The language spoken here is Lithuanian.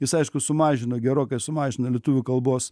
jis aišku sumažino gerokai sumažina lietuvių kalbos